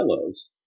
fellows